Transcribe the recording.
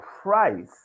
price